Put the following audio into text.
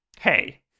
Hey